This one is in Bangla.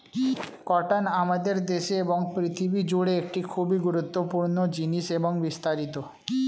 কটন আমাদের দেশে এবং পৃথিবী জুড়ে একটি খুবই গুরুত্বপূর্ণ জিনিস এবং বিস্তারিত